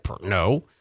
No